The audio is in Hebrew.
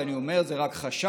ואני אומר: זה רק חשד,